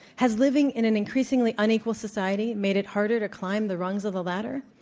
has living in an increasingly unequal society made it harder to climb the rungs of the ladder?